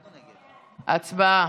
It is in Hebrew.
הצבעה.